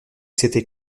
c’était